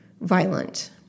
violent